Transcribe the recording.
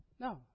no